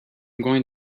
going